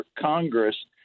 Congress